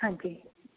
ਹਾਂਜੀ